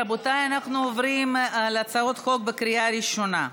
רבותיי, אנחנו עוברים להצעות חוק בקריאה הראשונה.